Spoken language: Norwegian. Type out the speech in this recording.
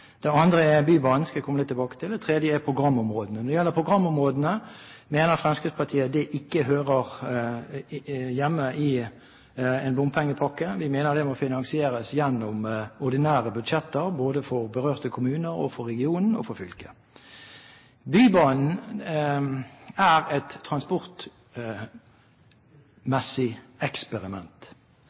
Det andre er Bybanen, det skal jeg komme litt tilbake til. Det tredje er programområdene. Når det gjelder programområdene, mener Fremskrittspartiet det ikke hører hjemme i en bompengepakke. Vi mener det må finansieres gjennom ordinære budsjetter, både for berørte kommuner, for regionen og for fylket. Bybanen er et transportmessig eksperiment.